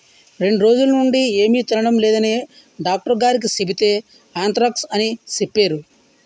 రెండ్రోజులనుండీ ఏమి తినడం లేదని డాక్టరుగారికి సెబితే ఆంత్రాక్స్ అని సెప్పేరు